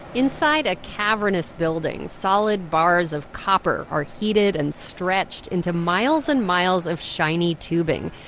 inside a cavernous building, solid bars of copper are heated and stretched into miles and miles of shiny tubing.